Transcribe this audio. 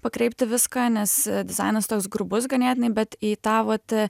pakreipti viską nes dizainas toks grubus ganėtinai bet į tą vat